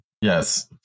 Yes